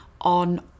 on